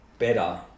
Better